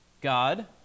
God